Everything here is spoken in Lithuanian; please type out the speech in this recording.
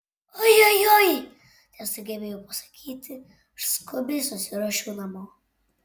ojojoi tesugebėjau pasakyti ir skubiai susiruošiau namo